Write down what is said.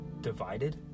divided